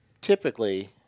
typically